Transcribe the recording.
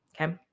Okay